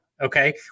Okay